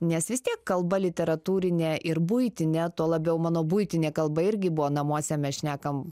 nes vis tiek kalba literatūrinė ir buitinė to labiau mano buitinė kalba irgi buvo namuose mes šnekam